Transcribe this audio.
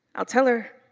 i'll tell her,